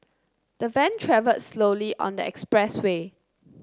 the van travelled slowly on the expressway